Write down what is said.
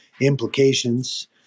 implications